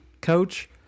coach